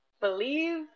believe